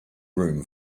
room